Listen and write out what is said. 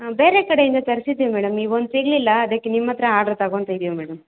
ಬೇರೆ ಕಡೆಯಿಂದ ತರ್ಸಿದ್ದೀವಿ ಮೇಡಮ್ ಈ ಒಂದು ಸಿಗಲಿಲ್ಲ ಅದಕ್ಕೆ ನಿಮ್ಮ ಹತ್ರ ಆರ್ಡ್ ತೊಗೊತಿದೀವಿ ಮೇಡಮ್